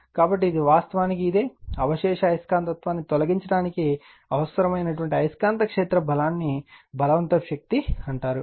కాబట్టి ఇది వాస్తవానికి ఇదే అవశేష అయస్కాంతత్వాన్ని తొలగించడానికి అవసరమైన అయస్కాంత క్షేత్ర బలాన్ని బలవంతపు శక్తి అంటారు